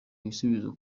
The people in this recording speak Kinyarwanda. igisubizo